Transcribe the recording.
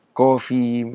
coffee